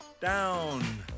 down